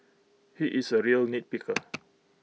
he is A real nitpicker